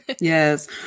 Yes